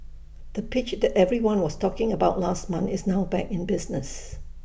the pitch that everyone was talking about last month is now back in business